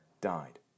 died